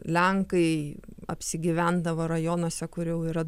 lenkai apsigyvendavo rajonuose kur jau yra